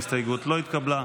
ההסתייגות לא התקבלה.